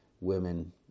women